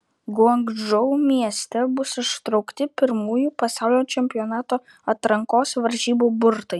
guangdžou mieste bus ištraukti pirmųjų pasaulio čempionato atrankos varžybų burtai